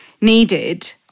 needed